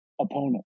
opponent